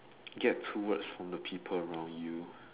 get towards from the people around you